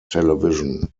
television